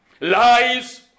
lies